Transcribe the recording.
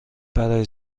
برای